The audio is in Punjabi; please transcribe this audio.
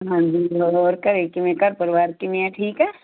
ਹਾਂਜੀ ਹੋਰ ਘਰ ਕਿਵੇਂ ਘਰ ਪਰਿਵਾਰ ਕਿਵੇਂ ਆ ਠੀਕ ਆ